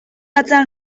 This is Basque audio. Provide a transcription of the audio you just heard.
atzean